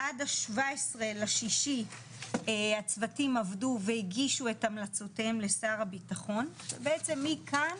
עד ה-17.6 הצוותים עבדו והגישו את המלצותיהם לשר הביטחון ובעצם מכאן